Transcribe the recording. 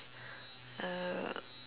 uh